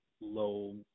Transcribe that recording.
low